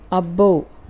అబ్బో